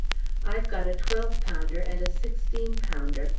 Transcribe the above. i've got a twelve-pounder and a sixteen-pounder,